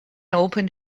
opened